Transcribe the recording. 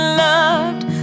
loved